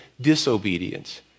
disobedience